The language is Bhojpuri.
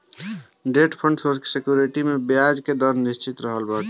डेट फंड सेक्योरिटी में बियाज के दर निश्चित रहत बाटे